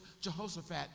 Jehoshaphat